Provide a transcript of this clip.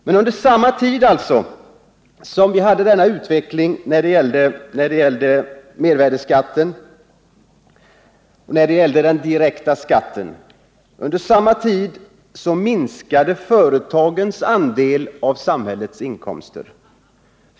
Men under samma tid som vi hade denna utveckling när det gällde den direkta skatten minskade företagens andel av samhällets inkomster.